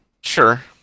sure